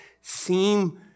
seem